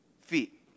feet